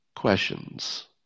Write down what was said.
questions